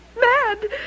Mad